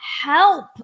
help